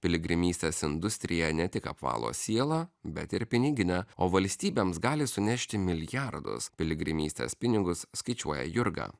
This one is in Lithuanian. piligrimystės industrija ne tik apvalo sielą bet ir piniginę o valstybėms gali sunešti milijardus piligrimystės pinigus skaičiuoja jurga